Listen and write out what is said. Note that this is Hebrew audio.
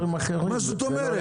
מה זאת אומרת?